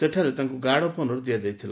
ସେଠାରେ ତାଙ୍କୁ guard of honour ଦିଆଯାଇଥିଲା